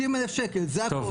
60,000 שקלים, זה הכול.